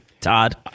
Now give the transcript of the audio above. Todd